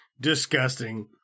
disgusting